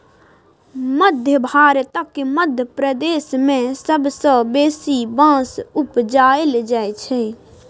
मध्य भारतक मध्य प्रदेश मे सबसँ बेसी बाँस उपजाएल जाइ छै